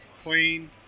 clean